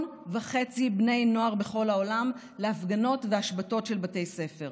וחצי בני נוער בכל העולם להפגנות והשבתות של בתי ספר.